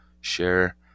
Share